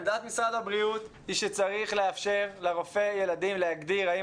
עמדת משרד הבריאות היא שצריך לאפשר לרופא ילדים להגדיר האם